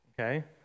Okay